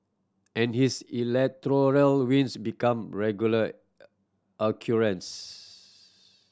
and his electoral wins become regular occurrence